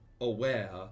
aware